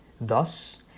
Thus